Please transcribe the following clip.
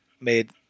made